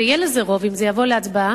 ויהיה לזה רוב אם זה יבוא להצבעה,